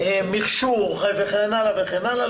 מכשור וכן הלאה וכן הלאה,